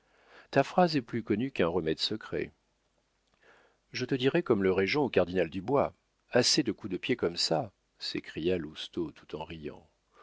ta phrase est plus connue qu'un remède secret je te dirai comme le régent au cardinal dubois assez de coups de pied comme ça s'écria lousteau tout en riant